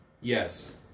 Yes